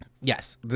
yes